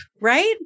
right